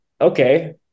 okay